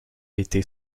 été